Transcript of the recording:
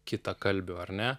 kitakalbiu ar ne